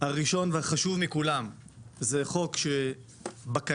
הראשון והחשוב מכולם זה חוק שבקנה,